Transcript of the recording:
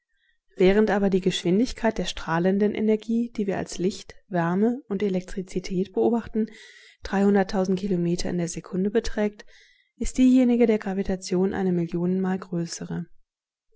während aber die geschwindigkeit der strahlenden energie die wir als licht wärme und elektrizität beobachten kilometer in der sekunde beträgt ist diejenige der gravitation eine millionenmal größere